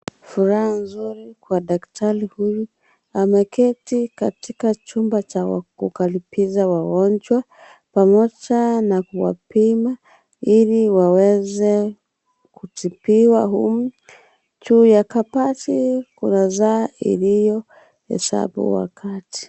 Furaha nzuri kwa daktari huyu ameketi katika chumba cha kukaribisha wagonjwa , pamoja na kuwapima ili waweze kutibiwa humu , juu ya kabati kuna saa iliyohesabu wakati.